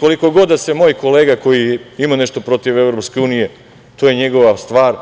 Koliko god da moj kolega koji ima nešto protiv EU, to je njegova stvar,